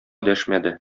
дәшмәде